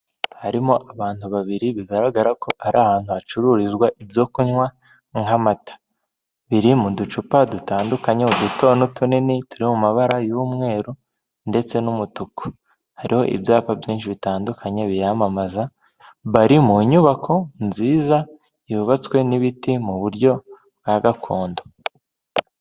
Harimo abantu babiri bigaragara ko ari ahantu hacururizwa ibyo kunywa nk'amata, biri mu ducupa dutandukanye uduto n'utunini, turi mu mabara y'umweru ndetse n'umutuku, hariho ibyapa byinshi bitandukanye biyamamaza, bari mu nyubako nziza yubatswe n'ibiti mu buryo bwa gakondo.